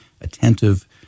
attentive